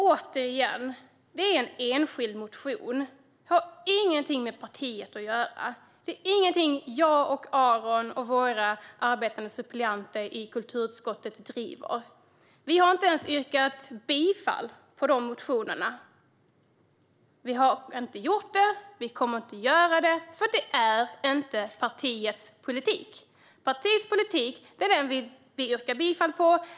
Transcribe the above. Återigen: Det handlar om en enskild motion. Det har ingenting med partiet att göra. Det är ingenting som jag, Aron och våra arbetande suppleanter i kulturutskottet driver. Vi har inte ens yrkat bifall till de motionerna. Vi kommer inte heller att göra det, för det är inte partiets politik. Partiets politik är den vi yrkar bifall till.